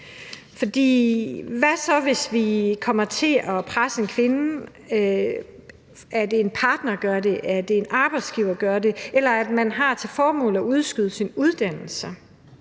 hvad så, hvis vi kommer til presse en kvinde, eller hvis en partner gør det, eller hvis en arbejdsgiver gør det, eller at man har til formål at udskyde sin uddannelse?